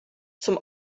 zum